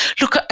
Look